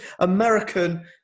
American